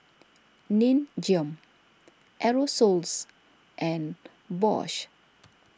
Nin Jiom Aerosoles and Bosch